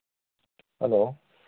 hello